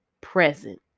present